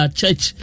church